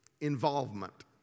Involvement